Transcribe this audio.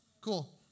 Cool